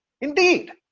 Indeed